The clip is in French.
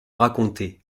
raconter